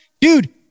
dude